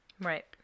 Right